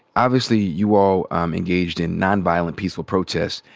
obviously you all um engaged in nonviolent peaceful protests.